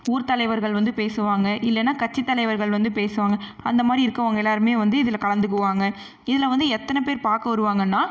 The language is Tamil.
ஊர் தலைவர்கள் வந்து பேசுவாங்க இல்லைன்னா கட்சித் தலைவர்கள் வந்து பேசுவாங்க அந்த மாதிரி இருக்கவங்க எல்லாருமே வந்து இதில் கலந்துக்குவாங்க இதில் வந்து எத்தனை பேர் பார்க்க வருவாங்கன்னால்